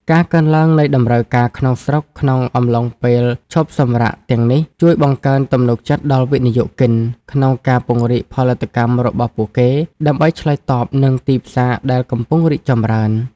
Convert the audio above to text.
ការកើនឡើងនៃតម្រូវការក្នុងស្រុកក្នុងអំឡុងពេលឈប់សម្រាកទាំងនេះ ជួយបង្កើនទំនុកចិត្តដល់វិនិយោគិនក្នុងការពង្រីកផលិតកម្មរបស់ពួកគេដើម្បីឆ្លើយតបនឹងទីផ្សារដែលកំពុងរីកចម្រើន។